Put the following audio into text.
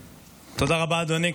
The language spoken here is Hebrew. תודה רבה, אדוני.